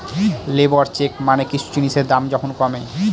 labour check মানে কিছু জিনিসের দাম যখন কমে